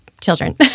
children